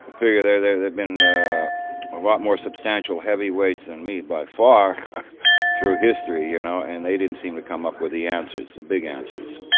figure there've there've been a lot more substantial heavyweights than me by far through history, you know and they didn't seem to come up with the answers, the big answers,